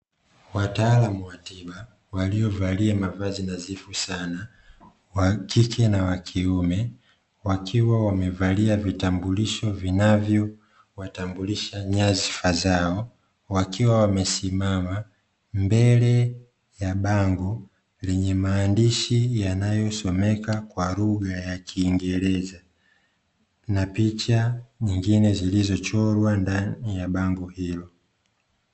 Wataalamu wa tiba waliovalia mavazi nadhifu sana (wa kike na wa kiume), wakiwa wamevalia vitambulisho vinavyowatambulisha nyadhifa zao. Wakiwa wamesimama mbele ya bango lenye maandishi yanayosomeka kwa lugha ya kiingereza na picha nyingine zilizochorwa ndani ya bango hilo.